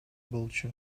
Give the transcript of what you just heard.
болчу